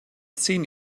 seen